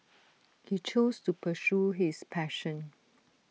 he chose to pursue his passion